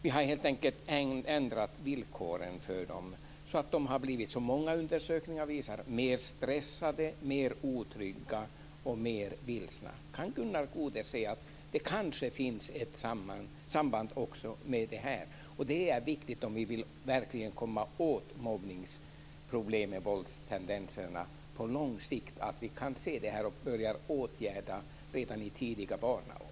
Vi har ändrat villkoren för dem. Många undersökningar visar att barnen är mer stressade, mer otrygga och mer vilsna. Kan Gunnar Goude säga att det kanske finns ett samband också med det? Det är viktigt om vi verkligen vill komma åt mobbningsproblemet och våldstendenserna på lång sikt att vi kan se detta och börjar åtgärda det redan i tidiga barnaår.